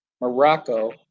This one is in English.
Morocco